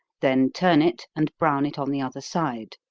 then turn it, and brown it on the other side.